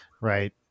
right